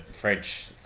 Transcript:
French